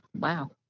wow